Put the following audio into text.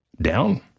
down